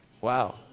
Wow